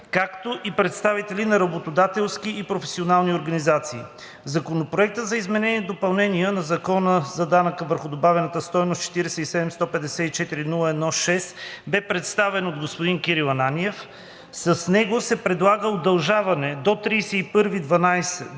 както и представители на работодателски и професионални организации. Законопроектът за изменение и допълнение на Закона за данък върху добавената стойност, № 47-154-01-6, беше представен от народния представител господин Кирил Ананиев. С него се предлага удължаване до 31